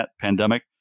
pandemic